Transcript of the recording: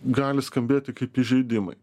gali skambėti kaip įžeidimai